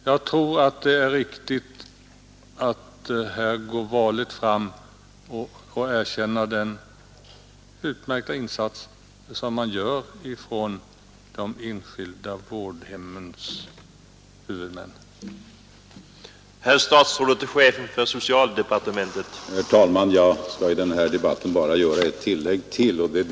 Jag tror att det är riktigt att gå varligt fram och erkänna den utmärkta insats som de enskilda vårdhemmens huvudmän gör.